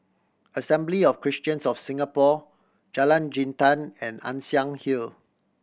Assembly of Christians of Singapore Jalan Jintan and Ann Siang Hill